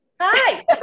Hi